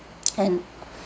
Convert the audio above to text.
and